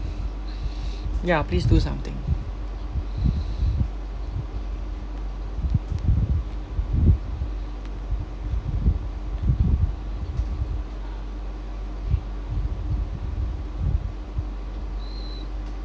ya please do something